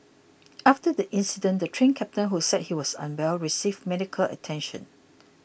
after the incident the Train Captain who said he was unwell received medical attention